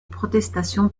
protestation